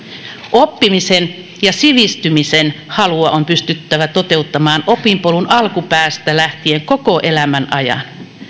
oppimisen ja sivistymisen halua on pystyttävä toteuttamaan opinpolun alkupäästä lähtien koko elämän ajan